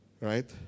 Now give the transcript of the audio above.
Right